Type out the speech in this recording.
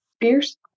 Fierce